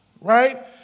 right